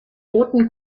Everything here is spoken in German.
roten